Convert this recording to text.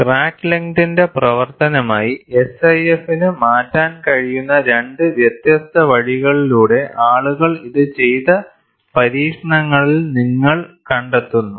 crack ലെങ്തിന്റെ പ്രവർത്തനമായി SIF ന് മാറ്റാൻ കഴിയുന്ന രണ്ട് വ്യത്യസ്ത വഴികളിലൂടെ ആളുകൾ ഇത് ചെയ്ത പരീക്ഷണങ്ങളിൽ നിങ്ങൾ കണ്ടെത്തുന്നു